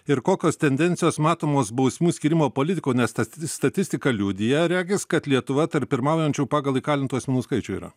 ir kokios tendencijos matomos bausmių skyrimo politikoj nes statistika liudija regis kad lietuva tarp pirmaujančių pagal įkalintų asmenų skaičių yra